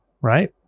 right